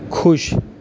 ਖੁਸ਼